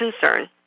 concern